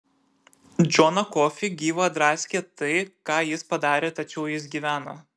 džoną kofį gyvą draskė tai ką jis padarė tačiau jis gyveno